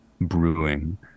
brewing